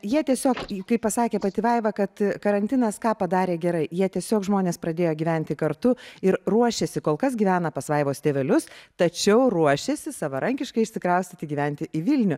jie tiesiog kaip pasakė pati vaiva kad karantinas ką padarė gerai jie tiesiog žmonės pradėjo gyventi kartu ir ruošiasi kol kas gyvena pas vaivos tėvelius tačiau ruošiasi savarankiškai išsikraustyti gyventi į vilnių